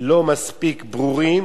לא ברורים,